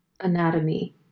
anatomy